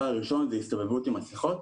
ראשית, הסתובבות עם מסכות,